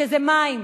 שזה מים,